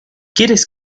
quieres